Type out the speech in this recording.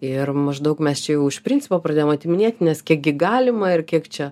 ir maždaug mes čia jau už principo pradėjom atiminėti nes kiek gi galima ir kiek čia